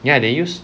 ya like they use